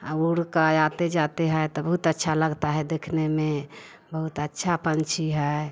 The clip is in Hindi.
अ उड़ के आते जाते हैं त बहुत अच्छा लगता है देखने में बहुत अच्छा पक्षी है